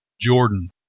Jordan